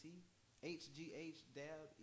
H-G-H-Dab